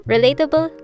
Relatable